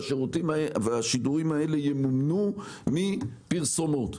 והשידורים האלה ימומנו מפרסומות.